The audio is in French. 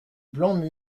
blanc